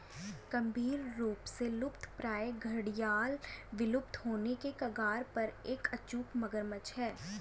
गंभीर रूप से लुप्तप्राय घड़ियाल विलुप्त होने के कगार पर एक अचूक मगरमच्छ है